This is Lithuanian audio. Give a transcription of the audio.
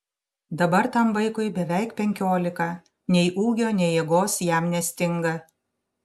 dabar tam vaikui beveik penkiolika nei ūgio nei jėgos jam nestinga